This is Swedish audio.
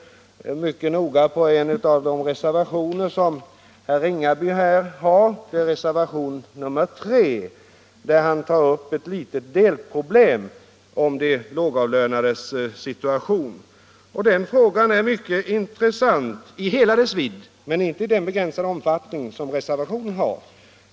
Jag har mycket noga läst en av de reservationer som herr Ringaby är med på, nämligen reservationen 3, som tar upp ett litet delproblem i de lågavlönades situation. Den frågan är mycket intressant i hela sin vidd, men inte i den begränsade omfattning som reservationen gäller.